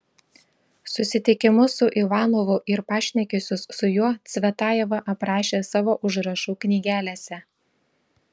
susitikimus su ivanovu ir pašnekesius su juo cvetajeva aprašė savo užrašų knygelėse